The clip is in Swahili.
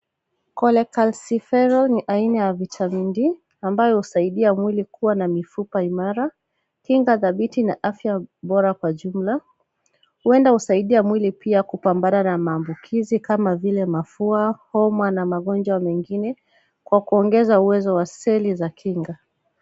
Cholecalciferol ni aina ya vitamin D ambayo husaidia mwili kuwa na mifupa imara, kinga dhabiti na afya bora kwa jumla. Huenda husaidia mwili pia kupambana na maambukizi kama vile mafua, homa na magonjwa mengine kwa kuongeza uwezo wa seli za kinga.